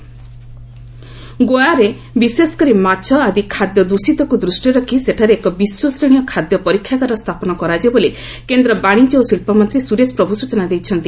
ସ୍ରରେଶ ପ୍ରଭୁ ଗୋଆରେ ବିଶେଷକରି ମାଛ ଆଦି ଖାଦ୍ୟ ଦୂଷିତକୁ ଦୃଷ୍ଟିରେ ରଖି ସେଠାରେ ଏକ ବିଶ୍ୱ ଶ୍ରେଣୀୟ ଖାଦ୍ୟ ପରୀକ୍ଷାଗାର ସ୍ଥାପନ କରାଯିବ ବୋଲି କେନ୍ଦ୍ର ବାଶିଜ୍ୟ ଓ ଶିଳ୍ପମନ୍ତ୍ରୀ ସୁରେଶ ପ୍ରଭୁ ସୂଚନା ଦେଇଛନ୍ତି